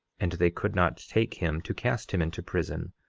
and they could not take him to cast him into prison,